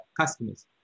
customers